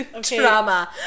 drama